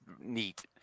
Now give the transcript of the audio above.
neat